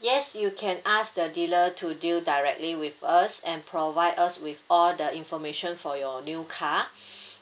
yes you can ask the dealer to deal directly with us and provide us with all the information for your new car